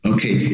Okay